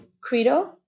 Credo